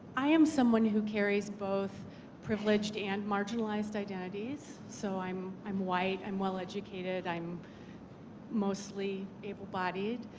i am someone who carries both privileged and marginalized identities. so i'm i'm white. i'm well educated. i'm mostly able body.